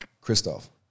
Christoph